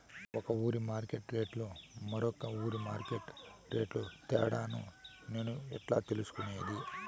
ఒక ఊరి మార్కెట్ రేట్లు ఇంకో ఊరి మార్కెట్ రేట్లు తేడాను నేను ఎట్లా తెలుసుకునేది?